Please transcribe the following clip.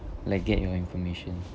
like get your information